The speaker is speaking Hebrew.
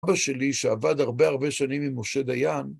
אבא שלי, שעבד הרבה הרבה שנים עם משה דיין,